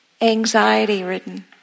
anxiety-ridden